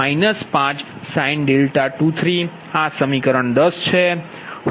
5 cos 23 − 5 sin 23 આ સમીકરણ 10 છે